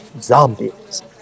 Zombies